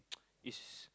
it's